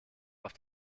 auf